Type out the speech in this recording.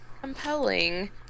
compelling